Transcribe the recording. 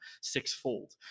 sixfold